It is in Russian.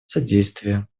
содействия